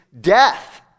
death